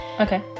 Okay